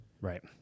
Right